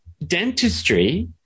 dentistry